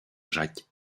jacques